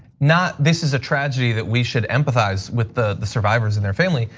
not this is a tragedy that we should empathize with the the survivors and their family,